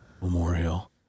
memorial